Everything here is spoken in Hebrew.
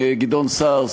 גדעון סער,